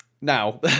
now